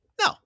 No